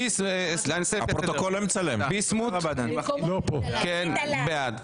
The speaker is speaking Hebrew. ביסמוט בעד,